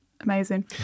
amazing